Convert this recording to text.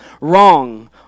wrong